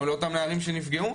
לאותם נערים שנפגעו,